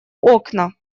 окна